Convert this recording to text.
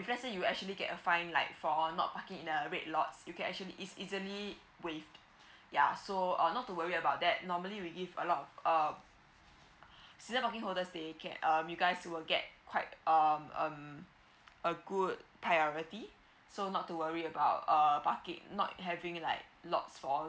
if let's say you actually get a fine like for not parking in a red lots you can actually it's easily waived ya so uh not to worry about that normally we give a lot of uh season parking holders they can um you guys will get quite um um a good priority so not to worry about err park it not having like lots for